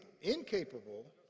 incapable